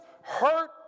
hurt